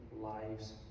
lives